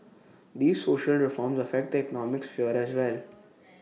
these social reforms affect the economic sphere as well